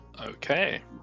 okay